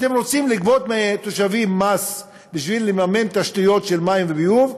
אתם רוצים לגבות מתושבים מס בשביל לממן תשתיות של מים וביוב?